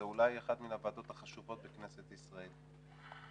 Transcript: זו אולי אחת מן הוועדות החשובות בכנסת ישראל משום